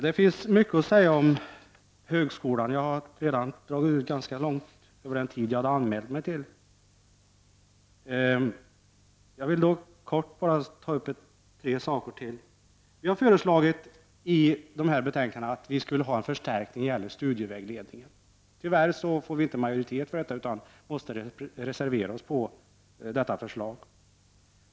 Det finns mycket att säga om högskolan — jag har redan dragit ut ganska långt över den tid jag hade anmält mig för — och jag vill helt kort ta upp ytterligare tre saker. Vi har i utskottet föreslagit en förstärkning även i studievägledningen. Tyvärr fick vi inte majoritet för detta, utan måste reservera Oss.